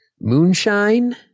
moonshine